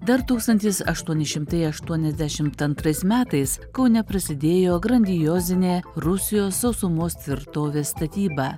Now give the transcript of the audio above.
dar tūkstantis aštuoni šimtai aštuoniasdešimt antrais metais kaune prasidėjo grandiozinė rusijos sausumos tvirtovės statyba